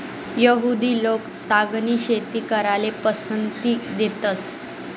यहुदि लोक तागनी शेती कराले पसंती देतंस